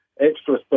extra